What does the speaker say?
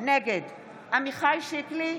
נגד עמיחי שיקלי,